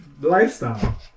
lifestyle